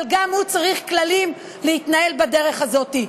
אבל גם הוא צריך כללים להתנהל בדרך הזאת.